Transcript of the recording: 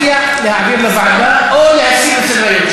או להציע להעביר לוועדה, או להסיר מסדר-היום.